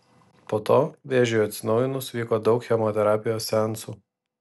po to vėžiui atsinaujinus vyko daug chemoterapijos seansų